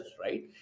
right